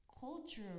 culture